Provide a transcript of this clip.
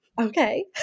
Okay